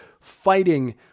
fighting